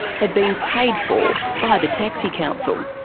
had been paid for by the taxi council.